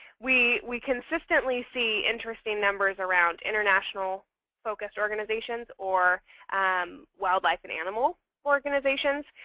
we we consistently see interesting numbers around international focus organizations or um wildlife and animal organizations.